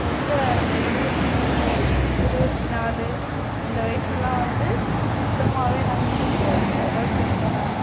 ரொம்ப அந்த இருபத்தி இருபத்தி நாலு அந்த வயசெல்லாம் வந்து சுத்தமாகவே என்னால் நிற்க முடியாதளவுக்கு இருந்தேன் நான்